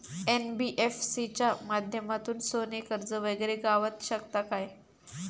NBFC च्या माध्यमातून सोने कर्ज वगैरे गावात शकता काय?